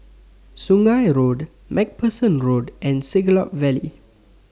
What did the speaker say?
Sungei Road MacPherson Road and Siglap Valley